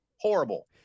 Horrible